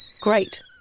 Great